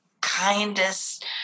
kindest